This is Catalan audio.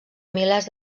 milers